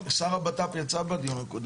שר הבט"פ יצא בדיון הקודם.